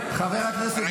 חבר הכנסת שירי.